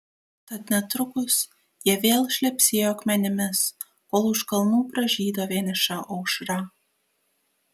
tad netrukus jie vėl šlepsėjo akmenimis kol už kalnų pražydo vieniša aušra